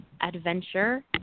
adventure